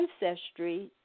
ancestry